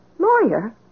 lawyer